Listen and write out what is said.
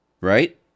Right